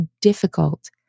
difficult